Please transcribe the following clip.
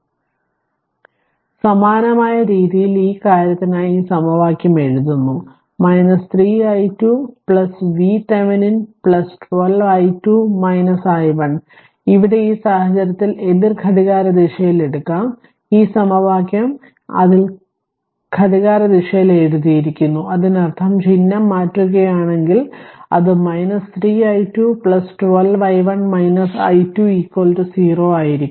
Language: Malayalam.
അതിനാൽ സമാനമായ രീതിയിൽ ഈ കാര്യത്തിനായി ഈ സമവാക്യം എഴുതുന്നു 3 i2 VThevenin 12 i2 i1 ഇവിടെ ഈ സാഹചര്യത്തിൽ എതിർ ഘടികാരദിശയിൽ എടുക്കാം ഈ സമവാക്യം അതിൽ ഘടികാരദിശയിൽ എഴുതിയിരിക്കുന്നു അതിനർത്ഥം ചിഹ്നം മാറ്റുകയാണെങ്കിൽ അത് 3 i2 12 i1 i2 0 ആയിരിക്കും